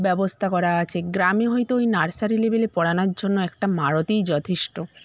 ব্যবস্থা করা আছে গ্রামে হয়তো ওই নার্সারি লেবেলে পড়ানোর জন্য একটা মারোতিই যথেষ্ট